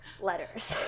letters